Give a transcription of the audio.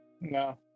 No